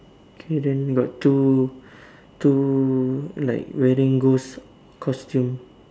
okay then got two two like wearing ghost costume